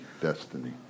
destiny